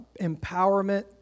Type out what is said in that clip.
empowerment